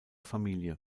familie